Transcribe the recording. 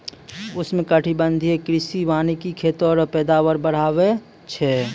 उष्णकटिबंधीय कृषि वानिकी खेत रो पैदावार बढ़ाबै छै